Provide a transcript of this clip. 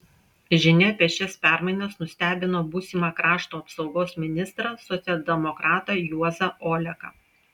žinia apie šias permainas nustebino būsimą krašto apsaugos ministrą socialdemokratą juozą oleką